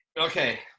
okay